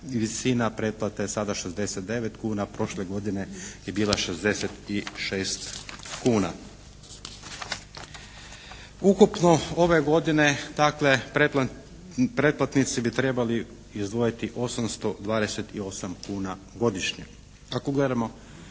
Visina pretplate je sada 69 kuna. Prošle godine je bila 66 kuna. Ukupno ove godine dakle pretplatnici bi trebali izdvojiti 828 kuna godišnje. Kad pogledamo